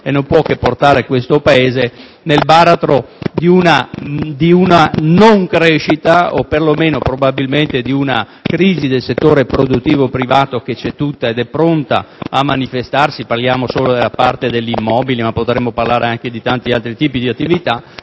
Nord, precipitando il Paese nel baratro di una non crescita, o perlomeno probabilmente di una crisi del settore produttivo privato, che c'è tutta ed è pronta a manifestarsi - pensiamo solo al settore degli immobili, ma potremmo riferirci a tanti altri tipi di attività